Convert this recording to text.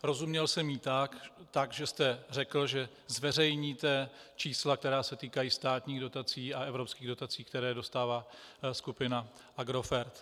Rozuměl jsem jí tak, že jste řekl, že zveřejníte čísla, která se týkají státních dotací a evropských dotací, které dostává skupina Agrofert.